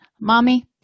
Mommy